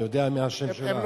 אני יודע מה השם שלה.